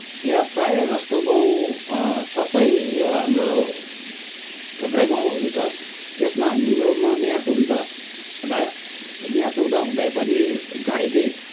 यहाँ प्रायः जस्तो गाउँ सबै यो हाम्रो थुप्रै गाउँहरू छ यसमा हाम्रोमा म्याच हुन्छ बा म्याच हुँदा हुँदै पनि घाइते